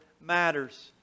matters